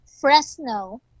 fresno